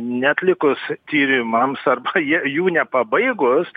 neatlikus tyrimams arba jų nepabaigus